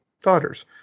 daughters